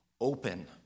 open